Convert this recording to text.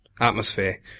atmosphere